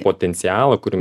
potencialą kurį